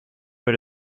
but